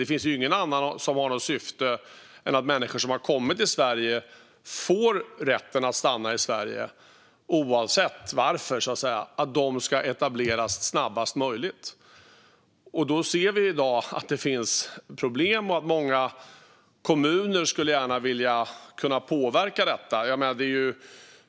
Det finns ju ingen som har något annat syfte än att människor som har kommit till Sverige och fått rätt att stanna här, oavsett varför, ska etableras snabbast möjligt. Vi ser i dag att det finns problem och att många kommuner gärna skulle vilja kunna påverka detta.